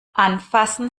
anfassen